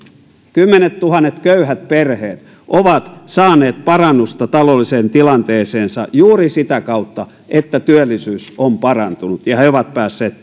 kymmenettuhannet köyhät perheet ovat saaneet parannusta taloudelliseen tilanteeseensa juuri sitä kautta että työllisyys on parantunut ja he ovat päässeet